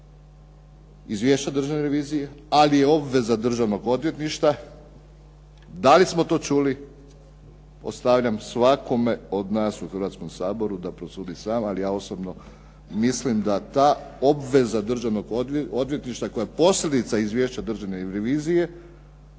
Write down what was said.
izvješća državne revizije, ali je obveza državnog odvjetništva, da li smo to čuli? Ostavljam svakome od nas u Hrvatskom saboru da prosudi sam, ali ja osobno mislim da ta obveza državnog odvjetništva koje je posrednica izvješća Državne revizije,